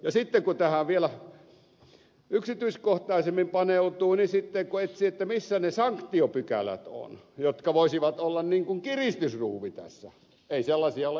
sitten kun tähän vielä yksityiskohtaisemmin paneutuu niin sitten kun etsii missä ne sanktiopykälät ovat jotka voisivat olla niin kuin kiristysruuvi tässä niin ei sellaisia ole olemassakaan